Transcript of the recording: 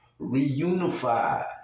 Reunify